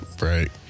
Right